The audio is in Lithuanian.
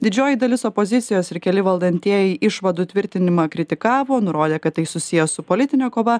didžioji dalis opozicijos ir keli valdantieji išvadų tvirtinimą kritikavo nurodė kad tai susiję su politine kova